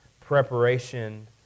preparation